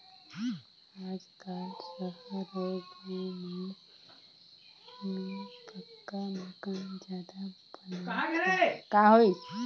आजकाल सहर अउ गाँव मन में पक्का मकान जादा बनात हे